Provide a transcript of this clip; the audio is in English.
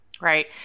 Right